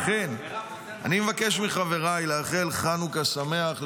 לכן אני מבקש לאחל לחבריי חנוכה שמח,